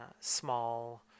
small